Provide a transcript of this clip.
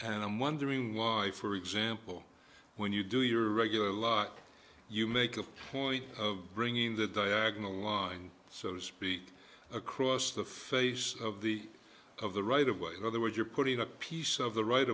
and i'm wondering why for example when you do your regular luck you make a point of bringing the diagonal line so to speak across the face of the of the right of way the other words you're putting a piece of the right